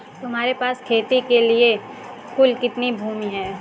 तुम्हारे पास खेती के लिए कुल कितनी भूमि है?